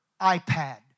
iPad